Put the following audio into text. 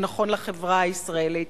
הוא נכון לחברה הישראלית,